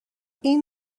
این